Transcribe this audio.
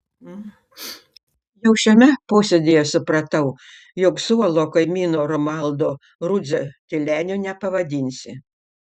jau šiame posėdyje supratau jog suolo kaimyno romualdo rudzio tyleniu nepavadinsi